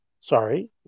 Sorry